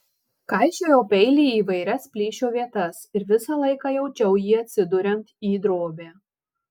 kaišiojau peilį į įvairias plyšio vietas ir visą laiką jaučiau jį atsiduriant į drobę